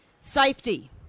safety